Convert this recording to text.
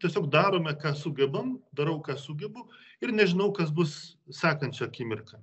tiesiog darome ką sugebam darau ką sugebu ir nežinau kas bus sekančią akimirką